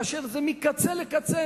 כאשר מקצה לקצה,